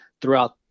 throughout